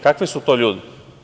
Kakvi su to ljudi?